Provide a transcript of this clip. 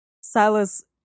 Silas